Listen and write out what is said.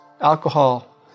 alcohol